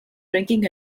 drinking